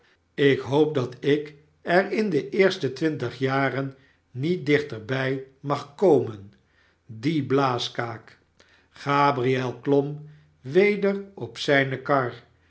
ik hoop dat ik er in de eerste twintig jaren niet dichter bij mag komen die blaaskaak gabriel klom weder op zijne kar